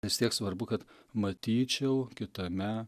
vis tiek svarbu kad matyčiau kitame